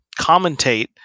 commentate